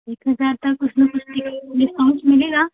एक हज़ार तक उसमें कुछ डिस्काउंट मिलेगा